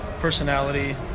personality